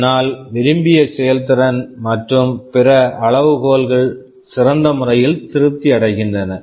இதனால் விரும்பிய செயல்திறன் மற்றும் பிற அளவுகோல்கள் சிறந்த முறையில் திருப்தி அடைகின்றன